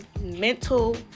mental